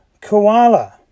koala